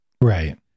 Right